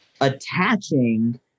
attaching